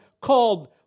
called